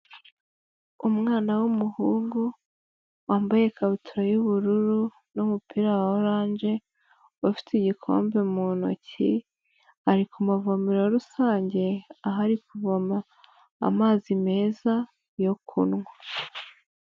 Umwana w'umuhungu wambaye ikabutura y'ubururu n'umupira wa orange, ufite igikombe mu ntoki, ari kumavomero rusange, aho ari kuvoma amazi meza yo kunywa.